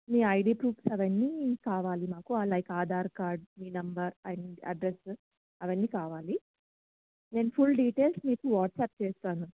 మీ ID proofs అవన్నీ కావాలి మాకు లైక్ ఆధార్ కార్డ్ మీ నంబర్ అండ్ అడ్రస్ అవన్నీ కావాలి నేను ఫుల్ డిటెయిల్స్ మీకు వాట్సప్ చేస్తాను